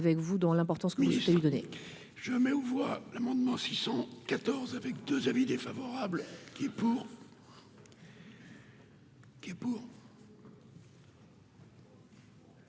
année, je mets aux voix l'amendement 614 avec 2 avis défavorable qui est pour.